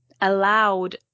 allowed